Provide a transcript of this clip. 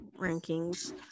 rankings